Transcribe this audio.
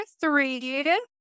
three